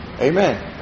Amen